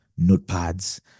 notepads